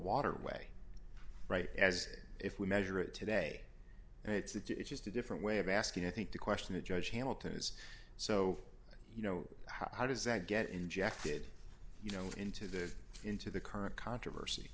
waterway right as if we measure it today and it's just a different way of asking i think the question that george hamilton has so you know how does that get injected you know into the into the current controversy